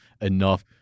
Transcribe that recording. enough